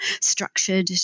structured